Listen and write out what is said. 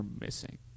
missing